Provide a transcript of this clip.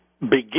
begin